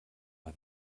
mal